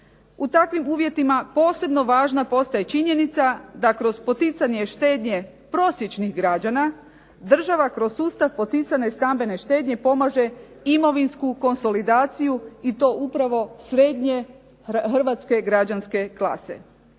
U takvim uvjetima posebno važna postaje činjenica da kroz poticanje štednje prosječnih građana država kroz sustav poticane stambene štednje pomaže imovinsku konsolidaciju i to upravo srednje hrvatske građanske klase.